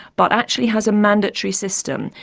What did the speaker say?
but actually has a mandatory system.